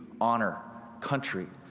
honor, country,